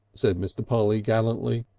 said mr. polly gallantly.